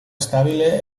stabile